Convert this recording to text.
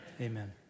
amen